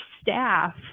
staff